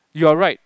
you are right